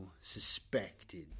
suspected